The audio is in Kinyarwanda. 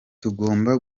tugomba